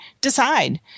decide